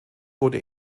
wurde